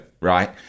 right